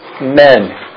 men